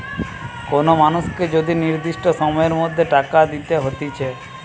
কোন মানুষকে যদি নির্দিষ্ট সময়ের মধ্যে টাকা দিতে হতিছে